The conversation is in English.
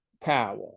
power